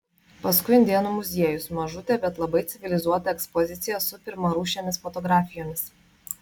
paskui indėnų muziejus mažutė bet labai civilizuota ekspozicija su pirmarūšėmis fotografijomis